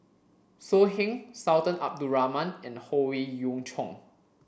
So Heng Sultan Abdul Rahman and Howe Yoon Chong